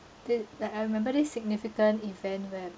thi~ like I remember this significant event whereby